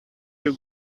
you